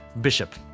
Bishop